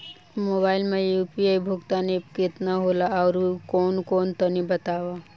Mobile म UPI भुगतान app केतना होला आउरकौन कौन तनि बतावा?